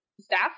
staff